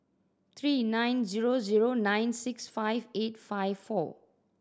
three nine zero zero nine six five eight five four